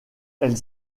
elle